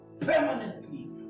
permanently